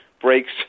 breaks